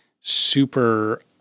super